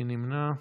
מי נמנע?